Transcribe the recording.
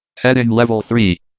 heading level three.